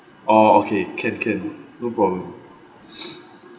orh okay can can no problem